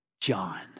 John